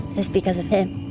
is because of him.